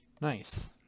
Nice